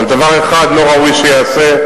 אבל דבר אחד לא ראוי שייעשה,